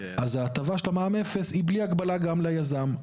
אז ההטבה של מע"מ אפס היא בלי הגבלה גם ליזם.